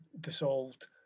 dissolved